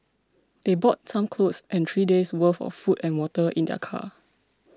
they brought some clothes and three days worth of food and water in their car